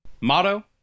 motto